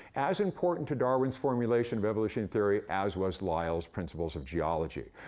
as important to darwin's formulation of evolutionary theory as was lyell's principles of geology,